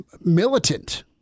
militant